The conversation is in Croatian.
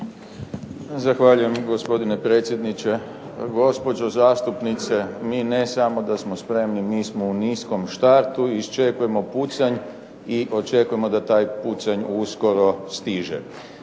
Zahvaljujem gospodine predsjedniče. Gospođo zastupnice, mi ne samo da smo spremni, mi smo u niskom startu, iščekujemo pucanj i očekujemo da taj pucanj uskoro stiže.